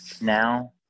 now